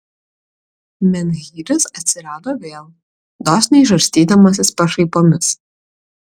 menhyras atsirado vėl dosniai žarstydamasis pašaipomis